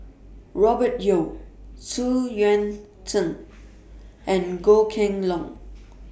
Robert Yeo Xu Yuan Zhen and Goh Kheng Long